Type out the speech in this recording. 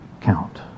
count